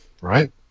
right